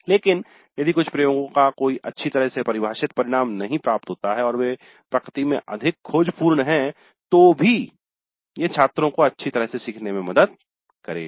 लेकिन यदि कुछ प्रयोगों का कोई अच्छी तरह से परिभाषित परिणाम नहीं है और वे प्रकृति में अधिक खोजपूर्ण हैं तो यह भी छात्रों को अच्छी तरह से सीखने में मदद करेगा